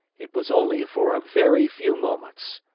it was only for a very few moments.